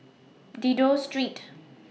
Dido Street